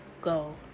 Go